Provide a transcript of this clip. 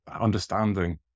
understanding